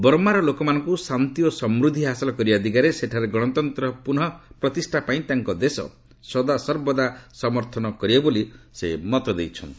ବର୍ମାର ଲୋକମାନଙ୍କୁ ଶାନ୍ତି ଓ ସମୃଦ୍ଧି ହାସଲ କରିବା ଦିଗରେ ସେଠାରେ ଗଣତନ୍ତ୍ରର ପୁନଃ ପ୍ରତିଷ୍ଠା ପାଇଁ ତାଙ୍କ ଦେଶ ସଦାସର୍ବଦା ସମର୍ଥନ କରିବ ବୋଲି ସେ କହିଛନ୍ତି